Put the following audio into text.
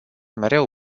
mereu